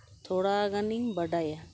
ᱛᱷᱚᱲᱟ ᱜᱟᱱᱤᱧ ᱵᱟᱰᱟᱭᱟ